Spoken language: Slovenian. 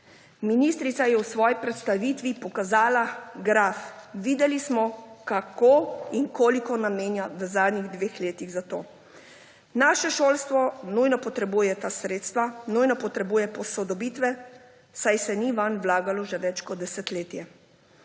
Ministrica je v svoji predstavitvi pokazala graf. Videli smo, kako in koliko namenja v zadnjih dveh letih za to. Naše šolstvo nujno potrebuje ta sredstva, nujno potrebuje posodobitve, saj se vanj ni vlagalo že več kot desetletje.